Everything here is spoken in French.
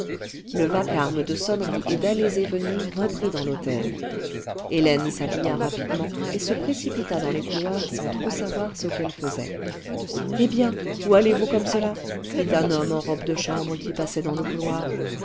le vacarme de sonneries et d'allées et venues reprit dans l'hôtel hélène s'habilla rapidement et se précipita dans les couloirs sans trop savoir ce qu'elle faisait eh bien où allez-vous comme cela dit un homme en robe de chambre qui passait dans le couloir